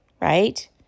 right